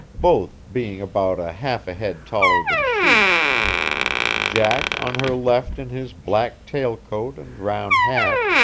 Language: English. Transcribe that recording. both being about a half a head taller than she jack on her left in his black tail-coat and round hat,